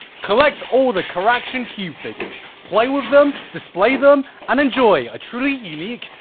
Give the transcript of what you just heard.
collect all the charaction cube figures. play with them, display them, and enjoy a truly unique,